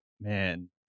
man